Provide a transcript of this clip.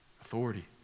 authority